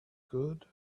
good